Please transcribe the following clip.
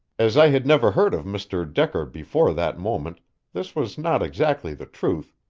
as i had never heard of mr. decker before that moment this was not exactly the truth,